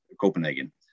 Copenhagen